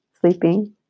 sleeping